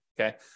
okay